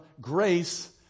grace